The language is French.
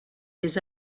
des